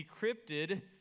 decrypted